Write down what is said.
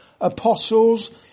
apostles